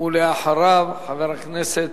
ואחריו, חבר הכנסת